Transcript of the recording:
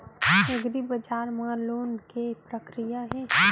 एग्रीबजार मा लोन के का प्रक्रिया हे?